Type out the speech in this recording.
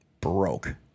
broke